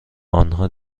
آنها